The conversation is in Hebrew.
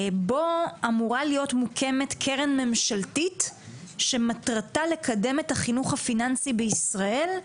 בו אמורה להיות קרן ממשלתית שמטרתה לקדם את החינוך הפיננסי בישראל,